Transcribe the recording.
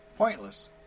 pointless